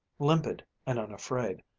limpid and unafraid.